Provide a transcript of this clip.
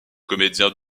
comédien